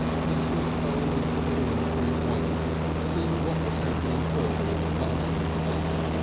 he slipped on into the dormitory at once to see what was happening further in the parsons case.